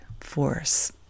Force